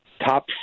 top